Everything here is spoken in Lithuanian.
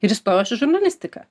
ir įstojau aš į žurnalistiką